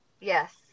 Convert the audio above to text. Yes